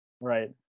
Right